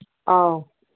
ꯑꯧ